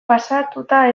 pasatuta